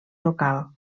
local